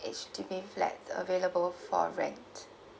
H_D_B flat available for rent